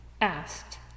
asked